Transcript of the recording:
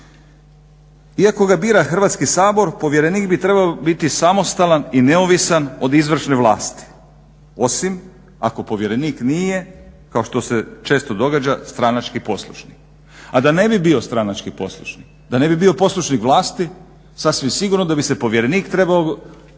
Iako ga bira Hrvatski sabor povjerenik bi trebao biti samostalan i neovisan od izvršne vlasti, osim ako povjerenik nije kao što se često događa stranački poslušni. A da ne bi bio stranački poslušni da ne bi bio poslušnik vlasti sasvim sigurno da bi se povjerenik trebao